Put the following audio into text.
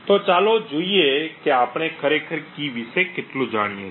તો ચાલો જોઈએ કે આપણે ખરેખર કી વિશે કેટલું જાણીએ છીએ